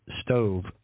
stove